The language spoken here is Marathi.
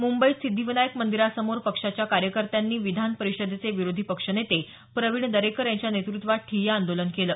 मुंबईत सिद्धीविनायक मंदिरासमोर पक्षाच्या कार्यकर्त्यांनी विधान परिषदेचे विरोधी पक्षनेते प्रवीण दरेकर यांच्या नेतृत्वात ठिय्या आंदोलन केलं